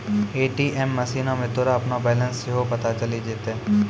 ATM मशीनो मे तोरा अपनो बैलेंस सेहो पता चलि जैतै